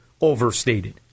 overstated